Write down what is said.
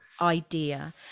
idea